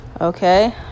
okay